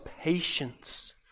patience